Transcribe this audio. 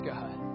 God